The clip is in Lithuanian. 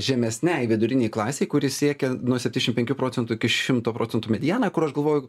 žemesnei vidurinei klasei kuri siekia nuo septyniasdešim penkių procentų iki šimto procentų mediana kur aš galvoju